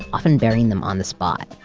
often burying them on the spot,